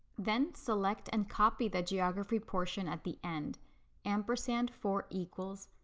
then select and copy the geography portion at the end ampersand for equals,